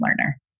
learner